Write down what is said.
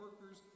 workers